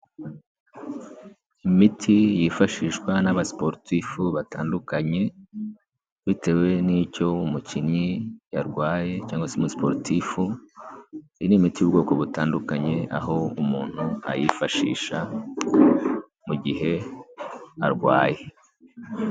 Imiti yifashishwa n'abasiporutifu batandukanye bitewe n'icyo umukinnyi yarwaye cyangwa se umusiporutifu, iyi ni imiti y'ubwoko butandukanye aho umuntu ayifashisha mu gihe arwaye.